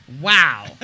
Wow